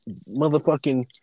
motherfucking